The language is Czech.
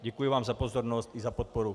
Děkuju vám za pozornost i za podporu.